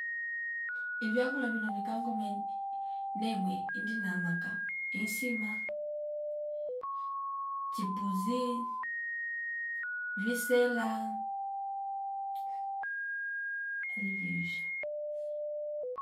Ivyakula vino vikangomeni nemwi indi namaka insima chipuzi visela ali vivya